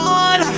on